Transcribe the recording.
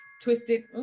Twisted